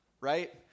right